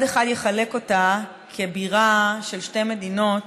אחד יחלק אותה כבירה של שתי מדינות,